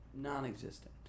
non-existent